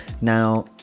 Now